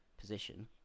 position